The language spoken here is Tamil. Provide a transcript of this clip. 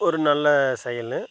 ஒரு நல்ல செயல்